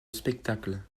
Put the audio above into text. spectacles